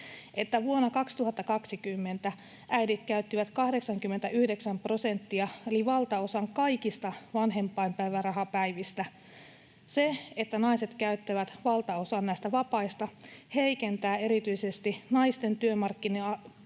että vuonna 2020 äidit käyttivät 89 prosenttia eli valtaosan kaikista vanhempainpäivärahapäivistä. Se, että naiset käyttävät valtaosan näistä vapaista, heikentää erityisesti naisten työmarkkina-asemaa